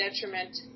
detriment